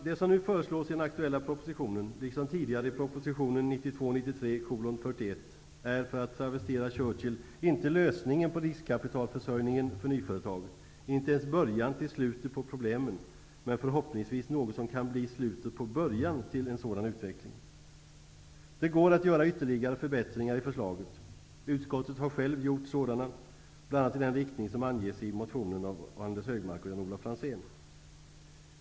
Det som nu föreslås i den aktuella propositionen, liksom tidigare i prop. 1992/93:41, är -- för att travestera Churchill -- inte lösningen på riskkapitalförsörjningen för nyföretag, inte ens början till slutet på problemen, men förhoppningsvis något som kan bli slutet på början till en sådan utveckling. Det går att göra ytterligare förbättringar i förslaget. Utskottet har självt gjort sådana, bl.a. i den riktning som anges i motionen av Anders G Högmark och Jan Olof Franzén.